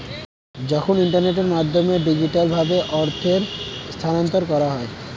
যখন ইন্টারনেটের মাধ্যমে ডিজিটালভাবে অর্থ স্থানান্তর করা হয়